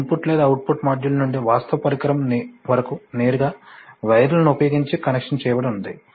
ఇది ఇన్పుట్ లేదా output module నుండి వాస్తవ పరికరం వరకు నేరుగా వైర్లను ఉపయోగించి కనెక్షన్ చేయబడి ఉంది